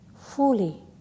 fully